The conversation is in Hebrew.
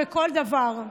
בכל דבר.